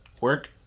work